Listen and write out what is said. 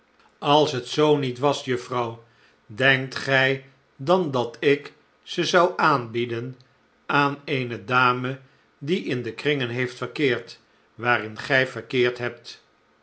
als het zoo niet was juffrouw denkt gij dan dat ik ze zou aanbieden aan eene dame die in de kringen heeft verkeerd waarin gij verkeerd hebt